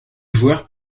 joueur